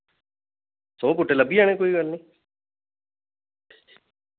सौ बूह्टे लब्भी जाने कोई गल्ल नी